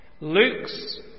Luke's